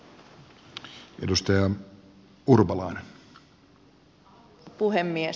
arvoisa puhemies